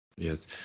Yes